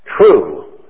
true